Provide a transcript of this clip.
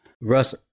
Russ